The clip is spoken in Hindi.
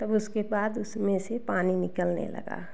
तब उसके बाद उसमें से पानी निकलने लगा